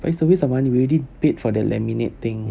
but it's a waste of money we already paid for the laminate thing